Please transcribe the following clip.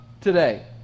today